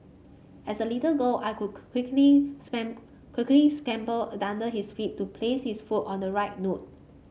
as a little girl I cook quickly quickly scamper under his feet to place his foot on the right note